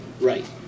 Right